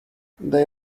they